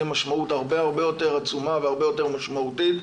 משמעות הרבה הרבה יותר עצומה והרבה יותר משמעותית.